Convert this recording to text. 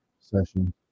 session